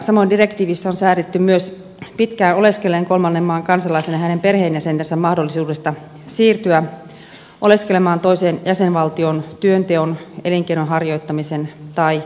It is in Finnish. samoin direktiivissä on säädetty myös pitkään oleskelleen kolmannen maan kansalaisen ja hänen perheenjäsentensä mahdollisuudesta siirtyä oleskelemaan toiseen jäsenvaltioon työnteon elinkeinon harjoittamisen tai opiskelun vuoksi